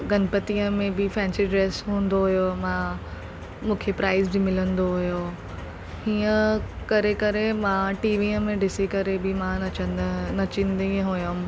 गणपतीअ में बि फैन्सी ड्रेस हूंदो हुयो मां मूंखे प्राइज़ बि मिलंदो हुयो हीअं करे करे मां टीवीअ में ॾिसी करे बि मां नचंदा नचींदी हुयमि